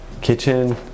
kitchen